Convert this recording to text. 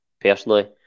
personally